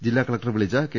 ജില്ലാ കളക്ടർ വിളിച്ച കെ